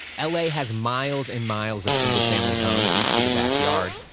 ah la has miles and miles of single-family homes, each with a backyard.